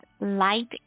Light